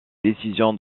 décisions